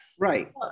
Right